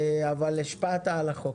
אבל השפעת על החוק.